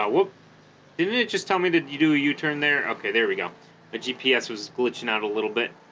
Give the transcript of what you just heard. ah well didn't it just tell me that you do you turn there okay there we go the gps was glitching out a little bit